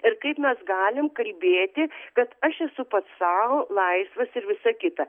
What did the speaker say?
ir kaip mes galim kalbėti kad aš esu pats sau laisvas ir visa kita